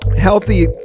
healthy